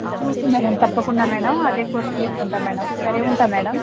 ఒకే madam తప్పకుండా madam అదే course తీసుకుంటా మేడమ్ సరే ఉంటా మేడమ్